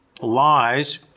lies